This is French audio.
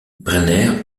brenner